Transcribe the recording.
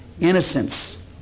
innocence